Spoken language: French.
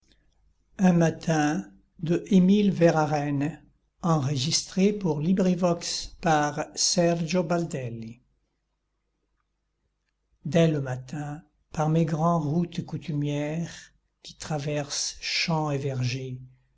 un matin dès le matin par mes grands routes coutumières qui traversent champs et